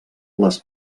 les